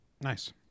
Nice